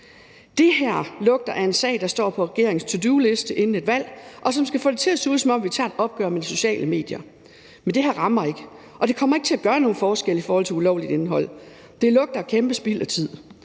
Det her lugter af en sag, der står på regeringens to do-liste inden et valg, og som skal få det til at se ud, som om man tager et opgør med de sociale medier. Men det her rammer ikke, og det kommer ikke til at gøre nogen forskel i forhold til ulovligt indhold. Det lugter af kæmpe spild af tid,